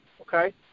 okay